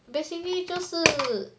basically 就是